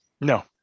No